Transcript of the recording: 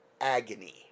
agony